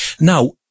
Now